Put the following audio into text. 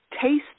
Taste